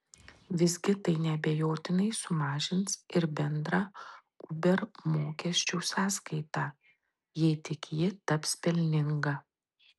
visgi tai neabejotinai sumažins ir bendrą uber mokesčių sąskaitą jei tik ji taps pelninga